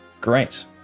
great